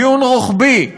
דיון רוחבי,